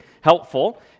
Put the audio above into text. helpful